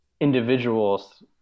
individuals